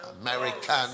American